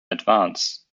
advance